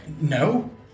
No